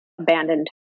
abandoned